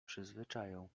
przyzwyczają